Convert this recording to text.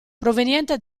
proveniente